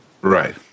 Right